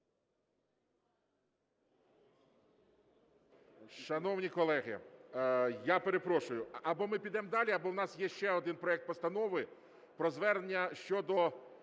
Шановні колеги, я перепрошую. Або ми підемо далі, або у нас є ще один проект Постанови про Звернення щодо